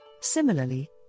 Similarly